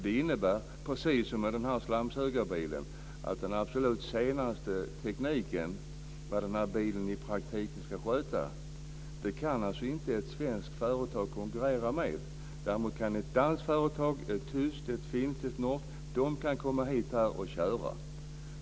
Det innebär, precis som i fråga om slamsugarbilen, att ett svenskt företag inte kan konkurrera med den absolut senaste tekniken. Däremot kan ett danskt, tyskt, finskt eller norskt företag komma hit och köra.